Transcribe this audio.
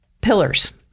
pillars